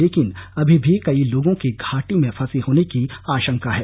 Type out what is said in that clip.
लेकिन अभी भी कई लोगों के घाटी में फसे होने की आंशका है